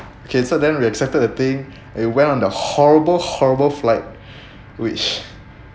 okay so then we accepted the thing we went on the horrible horrible flight which